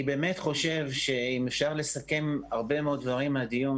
אני באמת חושב שאם אפשר לסכם הרבה מאוד דברים מהדיון,